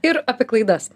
ir apie klaidas